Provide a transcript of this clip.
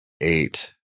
eight